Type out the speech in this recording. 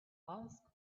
ask